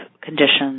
conditions